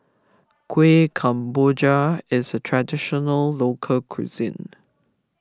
Kuih Kemboja is a Traditional Local Cuisine